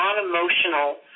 non-emotional